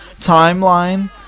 timeline